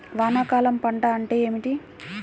వానాకాలం పంట అంటే ఏమిటి?